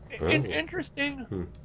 interesting